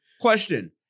Question